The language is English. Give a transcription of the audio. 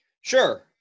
Sure